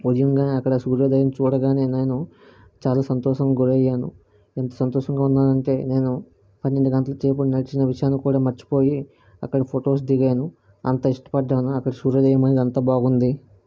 ఉదయంకాగానే అక్కడ సూర్యోదయం చూడగానే నేను చాలా సంతోషం గురయ్యాను ఎంత సంతోషంగా ఉన్నాను అంటే నేను పన్నెండు గంటల సేపు నడిచిన విషయాన్ని కూడా మర్చిపోయి అక్కడ ఫోటోస్ దిగాను అంత ఇష్టపడ్డాను అక్కడ సూర్యోదయము ఇదంతా బాగుంది